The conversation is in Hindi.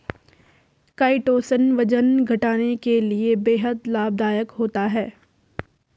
काइटोसन वजन घटाने के लिए बेहद लाभदायक होता है